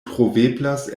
troveblas